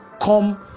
come